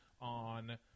on